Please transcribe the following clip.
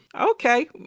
Okay